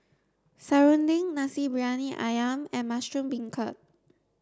Serunding Nasi Briyani Ayam and mushroom beancurd